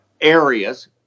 areas